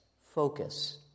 focus